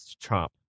chop